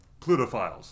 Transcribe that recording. Plutophiles